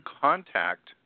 contact